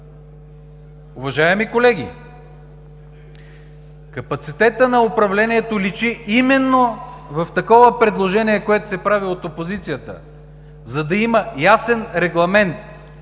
Уважаеми колеги, капацитетът на управлението личи именно в такова предложение, което се прави от опозицията, за да има ясен регламент